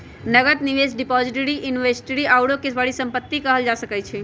नकद, निवेश, depository, inventory आउरो के परिसंपत्ति कहल जा सकइ छइ